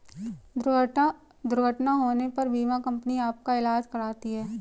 दुर्घटना होने पर बीमा कंपनी आपका ईलाज कराती है